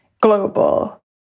global